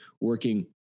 working